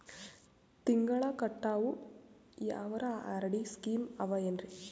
ತಿಂಗಳ ಕಟ್ಟವು ಯಾವರ ಆರ್.ಡಿ ಸ್ಕೀಮ ಆವ ಏನ್ರಿ?